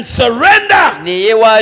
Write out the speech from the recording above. surrender